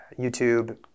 YouTube